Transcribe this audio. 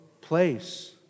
place